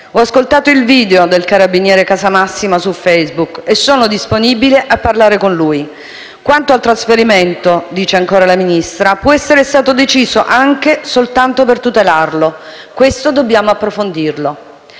«Ho ascoltato il video del carabiniere Casamassima su Facebook e sono disponibile a parlare con lui». «Quanto al trasferimento» dice ancora il Ministro «può essere stato deciso anche soltanto per tutelarlo. Questo dobbiamo approfondirlo».